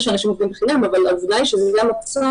שאנשים עובדים בחינם אבל עובדה היא שזה המצב,